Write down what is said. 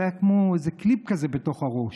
זה היה כמו איזה קליפ כזה בתוך הראש,